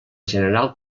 general